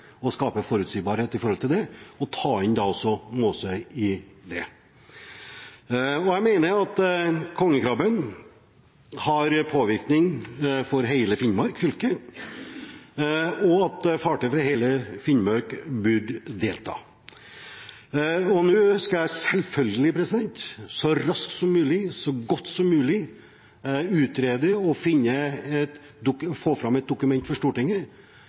å skape forutsigbarhet, og da også ta inn Måsøy. Jeg mener at kongekrabben har påvirkning på hele Finnmark fylke, og at fartøy fra hele Finnmark burde delta. Nå skal jeg selvfølgelig så raskt som mulig og så godt som mulig utrede og få fram et dokument for Stortinget